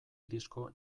disko